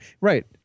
right